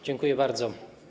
Dziękuję bardzo.